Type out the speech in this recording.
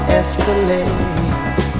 escalate